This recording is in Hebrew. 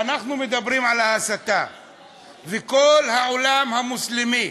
כשאנחנו מדברים על הסתה וכל העולם המוסלמי